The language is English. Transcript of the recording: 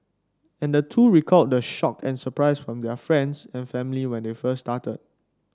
and the two recalled the shock and surprise from their friends and family when they first started